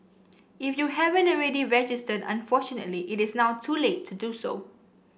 if you haven't already registered unfortunately it is now too late to do so